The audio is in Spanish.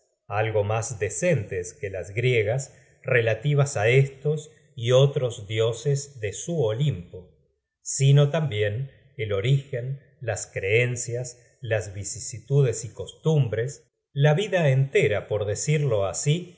eddas contienen no solo las proezas y fábulas algo mas decentes que las griegas relativas á estos y otros dioses de su olimpo sino tambien el orígen las creencias las vicisitudes y costumbres la vida en i suele entenderse por